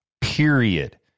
period